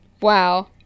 Wow